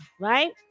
right